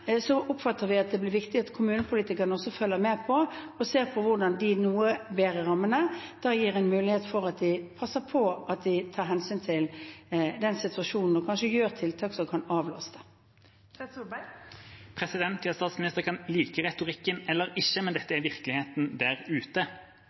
oppfatter vi at det blir viktig at kommunepolitikerne også følger med på og ser på hvordan de bedrer rammene. Det gir en mulighet for at de passer på at de tar hensyn til den situasjonen og kanskje setter inn tiltak som kan avlaste. Statsministeren kan like retorikken eller ikke, men dette